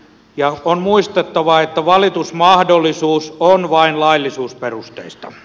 on muistettava että valitusmahdollisuus on vain laillisuusperusteista